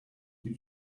you